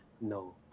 no